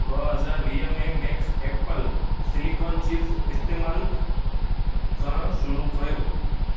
ॿ हज़ार वीह में मैक्स एप्पल सिलिकॉन चिप्स इस्तेमालु करणु शुरू कयो